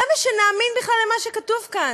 למה שנאמין בכלל למה שכתוב כאן,